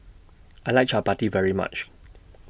I like Chappati very much